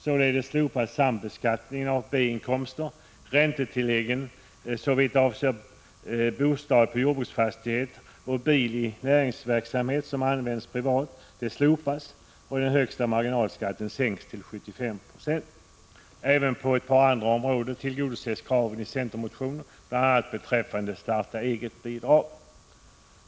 Således slopas sambeskattningen av B-inkomster och räntetillläggen såvitt avser bostad på jordbruksfastighet samt såvitt avser bil i näringsverksamhet som används privat, och den högsta marginalskatten sänks till 75 Ze. Även på ett par andra områden tillgodoses kraven i centermotioner, bl.a. beträffande ”starta-eget-bidrag”.